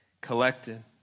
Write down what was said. collected